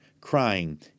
crying